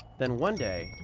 then one day,